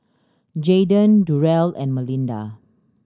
Jaydan Durrell and Melinda